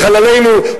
חללינו,